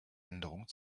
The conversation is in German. änderung